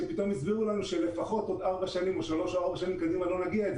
פתאום הסבירו לנו שלפחות עוד שלוש או ארבע שנים לא נגיע לזה